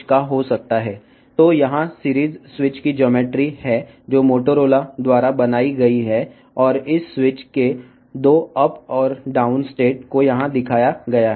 కాబట్టి Motorola company చేత తయారు చేయబడిన సిరీస్ స్విచ్ యొక్క జ్యామితి మరియు ఈ స్విచ్ యొక్క రెండు స్థితులు పైకి కిందకి చూపించబడినవి